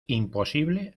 imposible